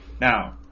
Now